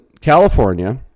California